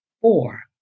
Four